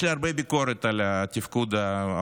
יש לי הרבה ביקורת על תפקוד הממשלה,